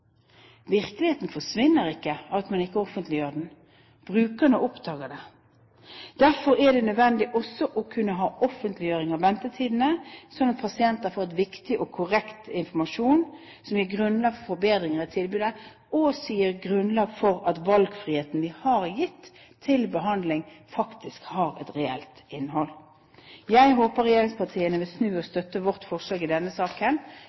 Virkeligheten forsvinner ikke av at man ikke offentliggjør det. Brukerne oppdager det. Derfor er det nødvendig å ha offentliggjøring av ventetidene, slik at pasienter får viktig og korrekt informasjon, som gir grunnlag for forbedring av tilbudet, og også gir grunnlag for at den valgfriheten vi har gitt når det gjelder behandling, faktisk har et reelt innhold. Jeg håper regjeringspartiene vil snu og støtte vårt forslag i denne saken,